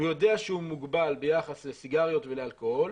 הוא יודע שהוא מוגבל ביחס לסיגריות ולאלכוהול.